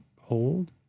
hold